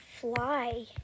fly